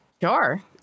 Sure